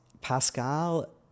Pascal